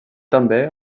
també